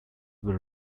were